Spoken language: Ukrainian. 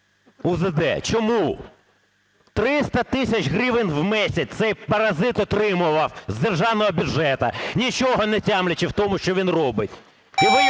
УЗД? Чому? 300 тисяч гривень в місяць цей паразит отримував з державного бюджету, нічого не тямлячи в тому, що він робить